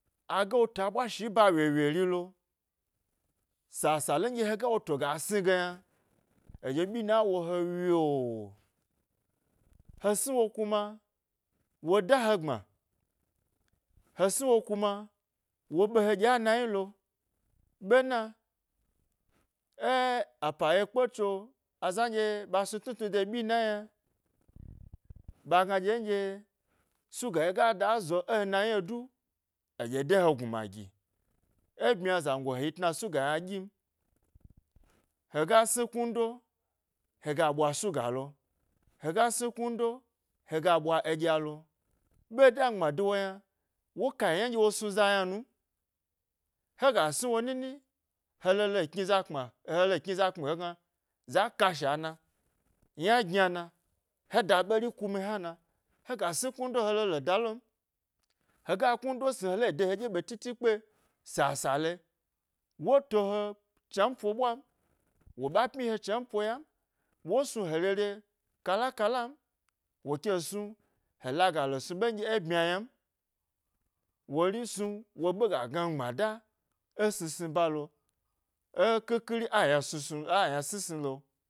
Aga wo ta ɓwa shi e ba wyewye rilo sasale nɗye hega wo to ga sni ge yna a ɗye ɓyina wo he wyoo. Wo sni wo kima wo da he gbma, wosni wo kuma wo ɓe he ɗya e nayi lo, ɓena e apa yakpe tso, aza nɗye ɓa snutnuetnu de ɓyina yna ɓagna ɗye nɗye suga ɗye ga da zo e nayi du aɗye dehe gnuma gi ebmya zango he yi tna suga yna ɗyim, hega snu knudo ha ga ɓwa suga lo hega snu knudo he ga ɓwa eɗya ɓe damgbma de wo yna wo kayi yna ɗye wo snuza yna num hega sni wo nini hdo hele kni za kpma hele kniza kpmi hegna za kashona, yna gynana he ɓeri kuza yna na, hega sni knundo hdo hele dalon hega knudo sni hde yide heɗye ɓe tete kpe sasale wo tohe chnanpo ɓwan, wo ɓa pmyi he chnampo yan, wo snu he rere kala kalan woke snu he laga hdo snu ɓe noɗye bmya ynam wori snu wo ɓe ga gna mi gbma da ė sni sni balo ė ƙhiƙhiri ė aynasnu a yna snisni lo.